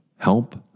Help